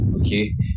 okay